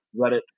Reddit